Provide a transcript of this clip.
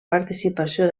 participació